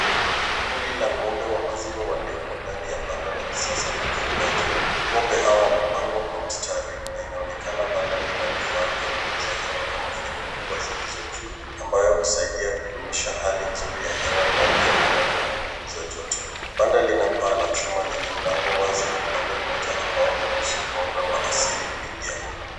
Kundi la ng'ombe wa maziwa walioko ndani ya banda la kisasa la ufungaji. Ng'ombe hawa wamepanga kwa mstari na inaonekana banda lina vifaa vya kupoza hewa kama feni kubwa zilizo juu, ambayo hisaidia kudumisha hali nzuri ya hewa ndani ya banda na kupunguza joto. Banda lina paa la chuma lenye mlango wazi upande mmoja ambao huruhusu mwanga wa asili kuingia.